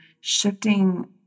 shifting